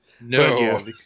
No